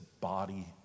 body